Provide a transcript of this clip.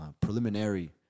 preliminary